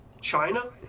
China